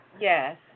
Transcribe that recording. Yes